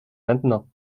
maintenant